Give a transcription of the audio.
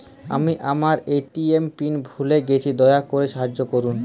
আমি আমার ATM PIN ভুলে গেছি, দয়া করে সাহায্য করুন